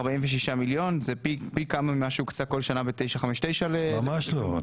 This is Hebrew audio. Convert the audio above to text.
46 מיליון זה פי כמה מכל מה שהוקצה כל שנה ב-959 --- ממש לא.